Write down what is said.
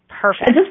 Perfect